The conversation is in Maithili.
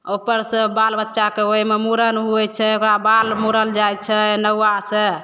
ओक्कर सब बाल बच्चाके ओहिमे मूड़न होइ छै ओकरा बाल मूड़ल जाइ छै नौआ से